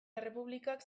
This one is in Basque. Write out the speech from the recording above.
errepublikak